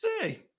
say